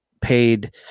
paid